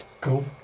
Cool